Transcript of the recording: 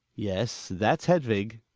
yes, that's hedvig.